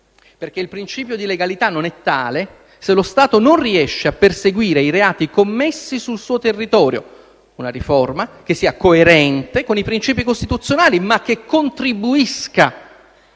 perché il principio di legalità non è tale se lo Stato non riesce a perseguire i reati commessi sul suo territorio; una riforma che sia coerente con i principi costituzionali, ma che contribuisca